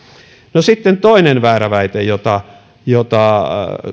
no sitten toinen väärä väite jota jota